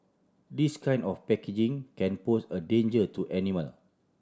this kind of packaging can pose a danger to animal